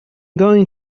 going